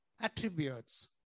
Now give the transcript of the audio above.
attributes